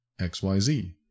XYZ